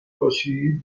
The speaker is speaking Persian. باشی